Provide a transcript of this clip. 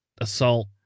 Assault